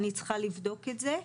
אני צריכה לבדוק את זה.